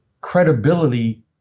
credibility